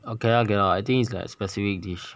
okay okay lah I think it's like specific dish